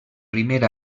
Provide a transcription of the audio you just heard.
primer